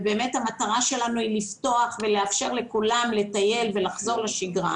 ובאמת המטרה שלנו היא לפתוח ולאפשר לכולם לטייל ולחזור לשגרה